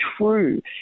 true